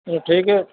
ٹھیک ہے